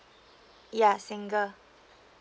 ya single